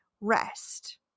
rest